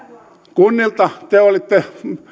kunnilta te olitte